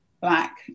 black